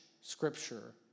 scripture